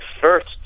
first